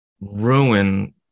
ruin